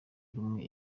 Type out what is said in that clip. rumwe